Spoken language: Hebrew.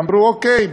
ואמרו: אוקיי,